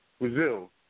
Brazil